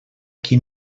qui